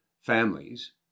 families